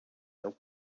are